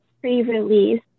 pre-release